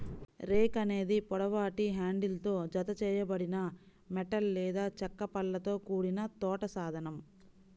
rake అనేది పొడవాటి హ్యాండిల్తో జతచేయబడిన మెటల్ లేదా చెక్క పళ్ళతో కూడిన తోట సాధనం